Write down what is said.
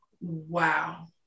wow